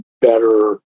better